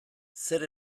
zer